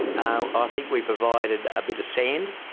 i ah think we provided a bit of sand.